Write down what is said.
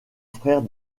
frère